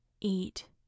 eat